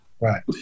right